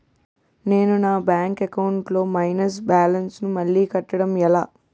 నేను నా bank account లొ మైనస్ బాలన్స్ ను మళ్ళీ కట్టడం ఎలా?